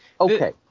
Okay